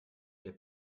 der